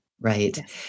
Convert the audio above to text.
right